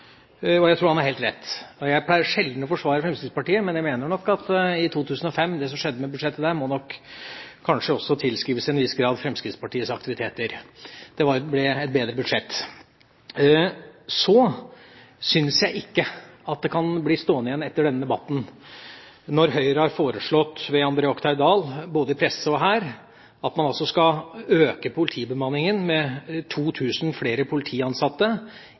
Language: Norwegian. og jeg tror han har helt rett. Jeg pleier sjelden å forsvare Fremskrittspartiet, men jeg mener nok at det som skjedde med budsjettet for 2005, kanskje også til en viss grad må tilskrives Fremskrittspartiets aktiviteter. Det ble et bedre budsjett. Jeg syns ikke det kan bli stående igjen etter denne debatten at Høyre har foreslått ved André Oktay Dahl, både i pressen og her, at man skal øke politibemanningen med 2 000 flere politiansatte